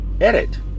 edit